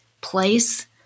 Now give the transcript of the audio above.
place